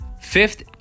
Fifth